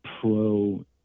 pro-